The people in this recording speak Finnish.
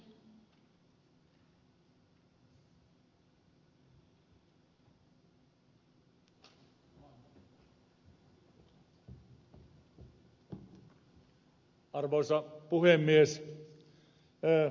arvoisa puhemies